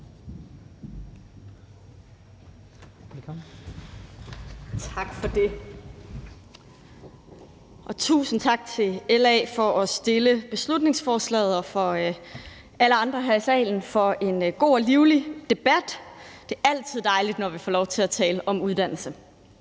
Tak for det, og tusind tak til LA for at fremsætte beslutningsforslaget og til alle andre her i salen for en god og livlig debat. Det er altid dejligt, når vi får lov til at tale om uddannelse.